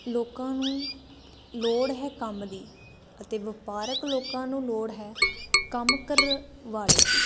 ਲੋਕਾਂ ਨੂੰ ਲੋੜ ਹੈ ਕੰਮ ਦੀ ਅਤੇ ਵਪਾਰਕ ਲੋਕਾਂ ਨੂੰ ਲੋੜ ਹੈ ਕੰਮ ਕਰ ਵਾਲੇ ਦੀ